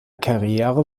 karriere